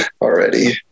already